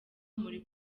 muri